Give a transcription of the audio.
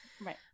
right